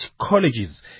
colleges